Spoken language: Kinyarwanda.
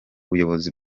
buyobozi